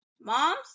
Moms